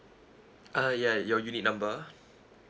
ah ya your unit number